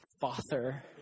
Father